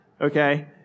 okay